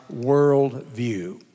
worldview